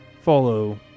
follow